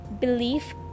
belief